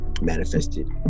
manifested